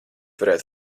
varētu